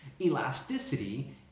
Elasticity